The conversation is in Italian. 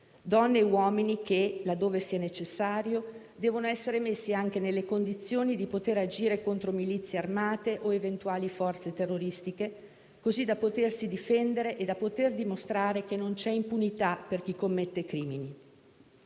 donne e uomini che, laddove sia necessario, devono essere messi anche nelle condizioni di agire contro milizie armate o eventuali forze terroristiche, per difendersi e dimostrare che non c'è impunità per chi commette crimini.